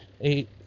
eight